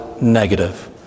negative